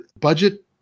budget